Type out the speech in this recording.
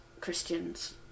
Christians